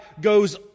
goes